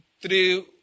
three